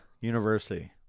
University